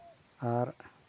ᱟᱨ